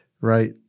right